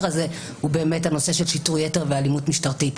הזה הוא באמת הנושא של שיטור יתר ואלימות משטרתית.